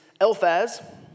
Elphaz